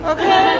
Okay